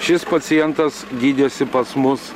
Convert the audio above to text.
šis pacientas gydėsi pas mus